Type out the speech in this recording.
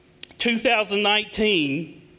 2019